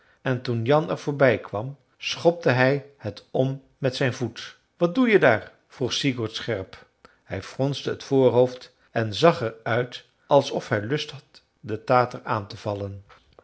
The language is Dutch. en toen jan er voorbij kwam schopte hij het om met zijn voet wat doe je daar vroeg sigurd scherp hij fronste het voorhoofd en zag er uit alsof hij lust had den tater aan te vallen